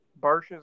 Barsha's